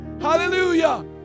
Hallelujah